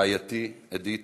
רעייתי אדית,